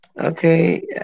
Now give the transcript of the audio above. Okay